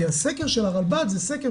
כי הסקר של הרלב"ד זה סקר,